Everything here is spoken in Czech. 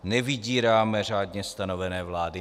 Nevydíráme řádně stanovené vlády.